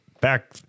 back